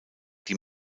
die